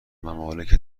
ممالک